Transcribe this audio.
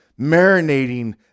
marinating